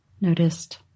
noticed